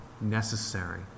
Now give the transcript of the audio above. necessary